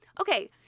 Okay